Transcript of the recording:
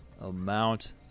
amount